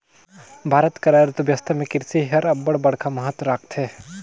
भारत कर अर्थबेवस्था में किरसी हर अब्बड़ बड़खा महत राखथे